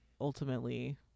Ultimately